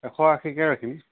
এশ আশীকে ৰাখিম